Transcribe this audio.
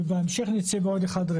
ובהמשך נצא בעוד אחד,